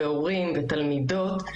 הורים ותלמידות.